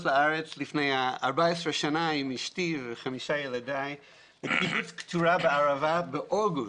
לארץ לפני 14 שנים עם אשתי וחמשת ילדיי לקיבוץ קטורה בערבה באוגוסט.